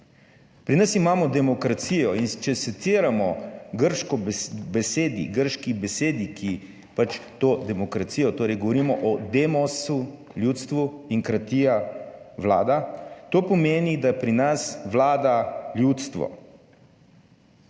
Pri nas imamo demokracijo in če seciramo grško besedi, grški besedi, ki pač to demokracijo, torej, govorimo o demosu, ljudstvu in kratija, vlada, to pomeni, da pri nas vlada ljudstvo.